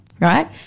right